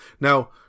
Now